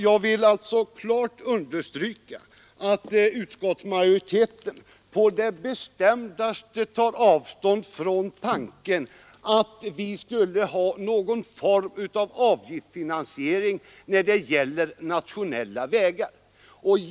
Jag vill alltså klart understryka, fru talman, att utskottsmajoriteten på det bestämdaste tar avstånd från tanken att vi skulle ha någon form av avgiftsfinansiering när det gäller nationella vägar.